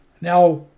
Now